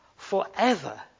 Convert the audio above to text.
forever